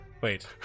Wait